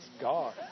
God